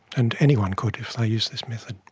and anyone could if they used this method.